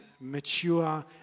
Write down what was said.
mature